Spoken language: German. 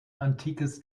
antikes